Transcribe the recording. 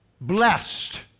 blessed